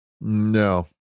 No